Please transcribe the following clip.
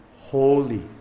holy